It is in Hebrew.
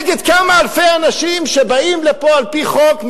נגד כמה אלפי אנשים שבאים לפה על-פי חוק,